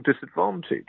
disadvantage